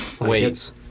Wait